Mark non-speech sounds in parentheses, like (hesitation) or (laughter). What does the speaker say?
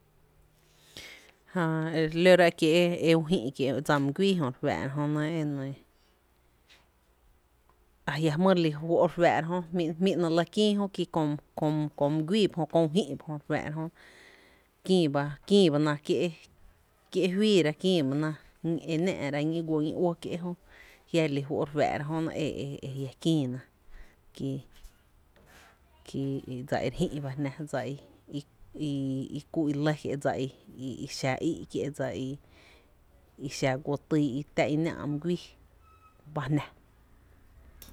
Jää e re lóra e kiee’ u jï’ kiee’ dsa my güii jö re fáá’ra jo nɇ e nɇɇ a jia’ jmýy re lí fó’ re fáá’ ra jö jmí’ ‘nɇ’ kïïí jö nɇ ki kom (hesitation) kom köö my güii ba jö, köö u jï’ ba jö re fáá’ra jö kïï ba (hesitation) kïÏ ba ná kié’ (hesitation) kié’ juiira kïï ba na ‘nⱥ’ra ñí guóó’ ñí’ uɇ kié’ jö, jia’ re lí fó’ re fáá’ra jö nɇ e e (hesitation) e jia’ kïïna ki (hesitation) ki dsa i re jï’ ba jná, dsa i (hesitation) i i i kú’ i lɇ kié’ dsa i xa í’ kié’ dsa i xa guoo týý i náá’ my güii ba jnⱥ.